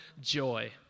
Joy